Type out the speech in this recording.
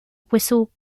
whistle